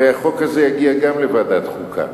הרי החוק הזה יגיע גם לוועדת החוקה.